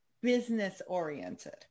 business-oriented